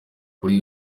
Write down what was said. kuri